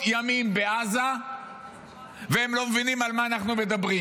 ימים בעזה והם לא מבינים על מה אנחנו מדברים.